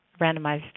randomized